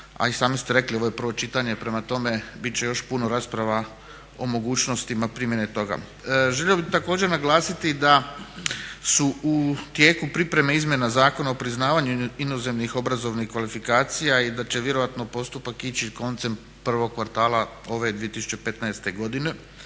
a i sami ste rekli ovo je prvo čitanje, prema tome biti će još puno rasprava o mogućnostima primjene toga. Želio bih također naglasiti da su u tijeku pripreme Izmjena zakona o priznavanju inozemnih obrazovnih kvalifikacija i da će vjerojatno postupak ići koncem prvog kvartala ove 2015. godine.